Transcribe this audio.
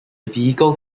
vehicle